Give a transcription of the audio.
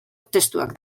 testuak